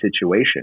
situation